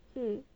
mm